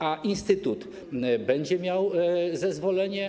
A instytut będzie miał zezwolenie.